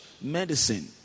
Medicine